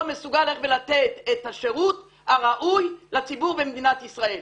מסוגל לתת את השירות הראוי לציבור במדינת ישראל.